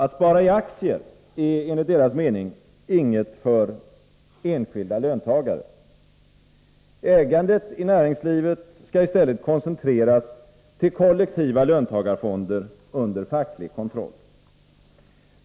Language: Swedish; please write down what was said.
Att spara i aktier är enligt deras mening inget för enskilda löntagare — ägandet i näringslivet skall i stället koncentreras till kollektiva löntagarfonder under facklig kontroll.